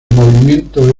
movimiento